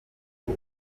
uko